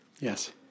Yes